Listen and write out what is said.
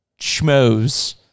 schmoes